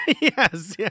Yes